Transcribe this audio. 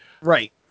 Right